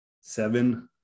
seven